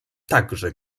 także